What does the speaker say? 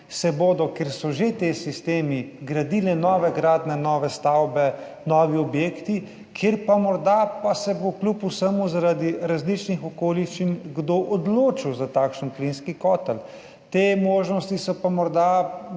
se bodo, kjer so že ti sistemi, gradile nove gradnje, nove stavbe, novi objekti, kjer pa se bo morda kljub vsemu zaradi različnih okoliščin kdo odločil za takšen plinski kotel. Te možnosti so pa morda